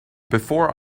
before